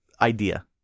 idea